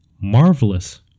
Marvelous